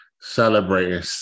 celebrating